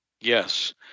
Yes